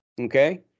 okay